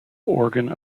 organ